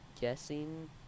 guessing